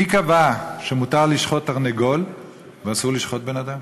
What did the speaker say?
מי קבע שמותר לשחוט תרנגול ואסור לשחוט בן-אדם?